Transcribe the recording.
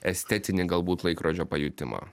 estetinį galbūt laikrodžio pajutimą